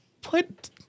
put